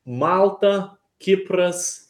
malta kipras